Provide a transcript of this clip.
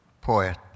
poet